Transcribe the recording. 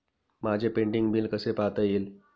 माझे pending bill कसे पाहता येईल?